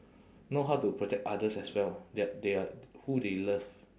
know how to protect others as well they are they are who they love